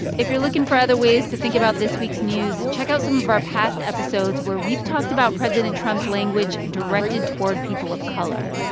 if you're looking for other ways to think about this week's news, check out some of our past episodes where we've talked about president trump's language directed toward people of color.